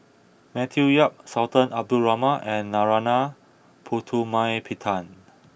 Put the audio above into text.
Matthew Yap Sultan Abdul Rahman and Narana Putumaippittan